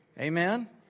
Amen